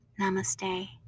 Namaste